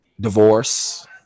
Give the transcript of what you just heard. divorce